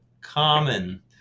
common